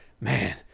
man